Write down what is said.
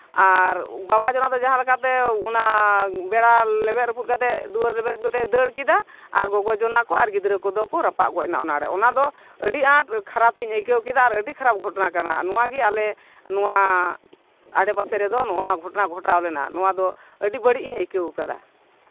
ᱟᱨ ᱵᱟᱵᱟ ᱡᱚᱱᱟ ᱫᱚ ᱡᱟᱦᱟᱸ ᱞᱮᱠᱟᱛᱮ ᱚᱱᱟ ᱵᱮᱲᱟ ᱞᱮᱵᱮᱫ ᱨᱟᱹᱯᱩᱫ ᱠᱟᱛᱮᱫ ᱫᱩᱣᱟᱹᱨ ᱞᱮᱵᱮᱫ ᱠᱟᱛᱮᱫ ᱫᱟᱹᱲ ᱠᱮᱫᱟ ᱟᱨ ᱜᱚᱜᱚ ᱡᱚᱱᱟ ᱠᱚ ᱟᱨ ᱜᱤᱫᱽᱨᱟᱹ ᱠᱚᱫᱚ ᱠᱚ ᱨᱟᱯᱟᱜ ᱜᱚᱡ ᱱᱟ ᱚᱱᱟᱨᱮ ᱚᱱᱟᱫᱚ ᱟᱹᱰᱤ ᱟᱸᱴ ᱠᱷᱟᱨᱟᱯᱤᱧ ᱟᱹᱭᱠᱟᱹᱣ ᱠᱮᱫᱟ ᱟᱨ ᱟᱹᱰᱤ ᱠᱷᱟᱨᱟᱯ ᱜᱷᱚᱴᱚᱱᱟ ᱠᱟᱱᱟ ᱱᱚᱣᱟᱜᱮ ᱟᱞᱮ ᱱᱚᱣᱟ ᱟᱰᱮᱯᱟᱥᱮ ᱨᱮᱫᱚ ᱱᱚᱜᱼᱚᱸᱭ ᱱᱟ ᱜᱷᱚᱴᱱᱟ ᱜᱷᱚᱴᱟᱣ ᱞᱮᱱᱟ ᱱᱚᱣᱟ ᱫᱚ ᱟᱹᱰᱤ ᱵᱟᱹᱲᱤᱡ ᱤᱧ ᱟᱹᱭᱠᱟᱹᱣ ᱠᱟᱫᱟ